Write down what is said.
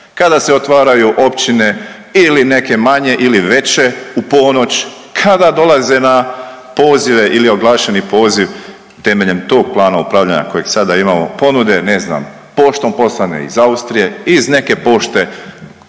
Kada se otvaraju općine ili neke manje ili veće, u ponoć, kada dolaze na pozive ili oglašeni poziv, temeljem tog plana upravljanja kojeg sada imamo ponude, ne znam, poštom poslane iz Austrije, iz neke pošte,